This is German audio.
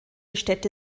städte